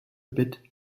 bit